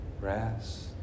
rest